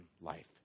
life